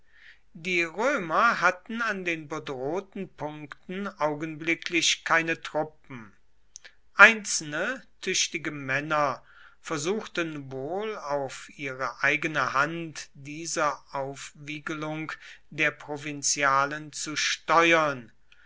die römer hatten an den bedrohten punkten augenblicklich keine truppen einzelne tüchtige männer versuchten wohl auf ihre eigene hand dieser aufwiegelung der provinzialen zu steuern